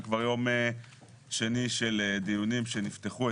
זה כבר יום שני של דיונים שנפתחו.